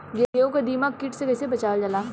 गेहूँ को दिमक किट से कइसे बचावल जाला?